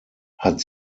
hat